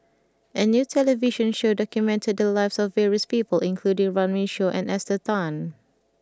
a new television show documented the lives of various people including Runme Shaw and Esther Tan